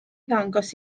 ddangos